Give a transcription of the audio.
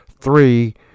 three